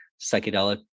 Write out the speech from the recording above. psychedelic